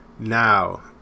now